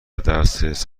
دسترس